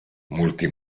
molti